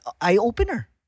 eye-opener